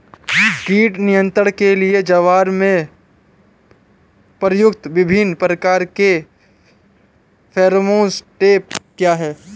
कीट नियंत्रण के लिए ज्वार में प्रयुक्त विभिन्न प्रकार के फेरोमोन ट्रैप क्या है?